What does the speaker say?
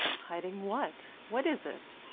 hiding what? what is it?